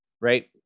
right